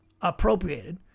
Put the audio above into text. appropriated